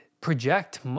project